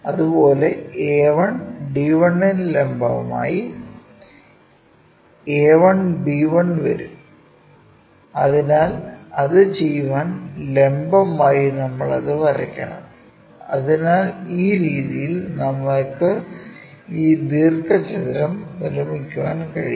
അതുപോലെ a1 d1നു ലംബമായി a1 b1 വരും അതിനാൽ അത് ചെയ്യാൻ ലംബമായി നമ്മൾ അത് വരയ്ക്കണം അതിനാൽഈ രീതിയിൽ നമുക്ക് ഈ ദീർഘചതുരം നിർമ്മിക്കാൻ കഴിയും